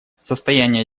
состояние